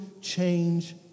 change